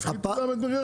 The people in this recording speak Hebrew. תפחיתו גם את מחירי החלב.